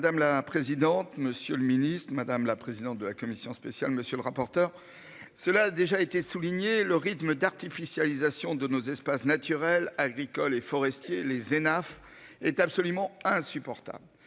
Madame la présidente, monsieur le ministre, madame la présidente de la commission spéciale. Monsieur le rapporteur. Cela a déjà été souligné le rythme d'artificialisation de nos espaces naturels agricoles et forestiers les Hénaff est absolument insupportable.